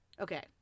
Okay